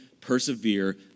persevere